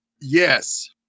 Yes